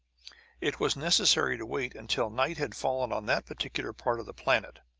it was necessary to wait until night had fallen on that particular part of the planet.